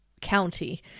County